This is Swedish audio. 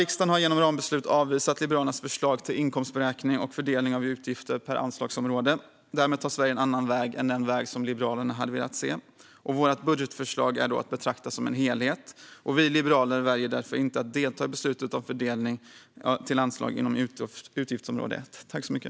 Riksdagen har genom rambeslut avvisat Liberalernas förslag till inkomstberäkning och fördelning av utgifter per anslagsområde. Därmed tar Sverige en annan väg än den väg som Liberalerna hade velat se. Vårt budgetförslag är att betrakta som en helhet. Vi liberaler väljer därför att inte delta i beslutet om fördelning till anslagen inom utgiftsområde 1.